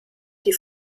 die